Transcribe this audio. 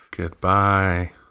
Goodbye